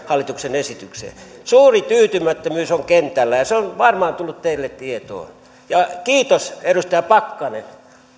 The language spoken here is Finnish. hallituksen esitykseen suuri tyytymättömyys on kentällä ja se on varmaan tullut teille tietoon ja kiitos edustaja pakkanen